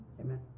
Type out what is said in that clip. Amen